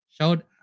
showed